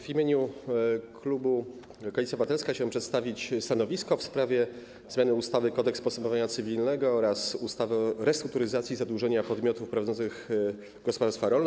W imieniu klubu Koalicja Obywatelska chciałem przedstawić stanowisko w sprawie ustawy o zmianie ustawy - Kodeks postępowania cywilnego oraz ustawy o restrukturyzacji zadłużenia podmiotów prowadzących gospodarstwa rolne.